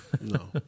No